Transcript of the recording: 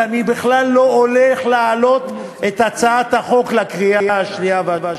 ואני בכלל לא הולך להעלות את הצעת החוק לקריאה השנייה והשלישית.